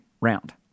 round